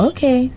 Okay